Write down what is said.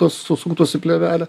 tos susuktos į plėvelę